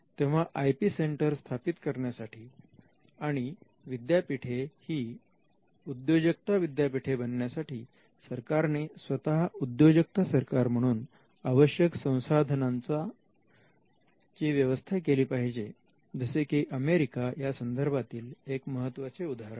तेव्हा IP centre स्थापित करण्यासाठी आणि विद्यापीठे ही उद्योजकता विद्यापीठे बनण्यासाठी सरकारने स्वतः उद्योजकता सरकार म्हणून आवश्यक संसाधनांची व्यवस्था केली पाहिजे जसे की अमेरिका यासंदर्भातील एक महत्त्वाचे उदाहरण आहे